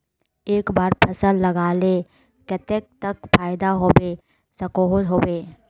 एक बार फसल लगाले कतेक तक फायदा होबे सकोहो होबे?